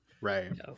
right